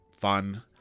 fun